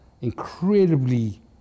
incredibly